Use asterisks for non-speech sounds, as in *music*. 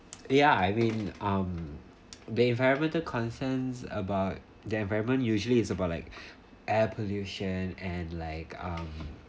ya I mean um *noise* the environmental concerns about the environment usually is about like *breath* air pollution and like um